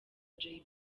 jay